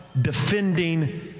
defending